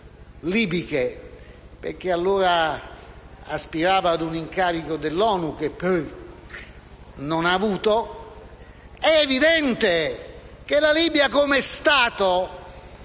libiche, perché allora aspirava a un incarico dell'ONU che poi non ha avuto: è evidente che la Libia, come Stato,